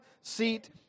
seat